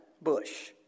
bush